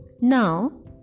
now